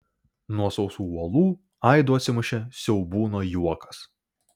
nuo sausų uolų aidu atsimušė siaubūno juokas